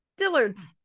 dillard's